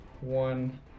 one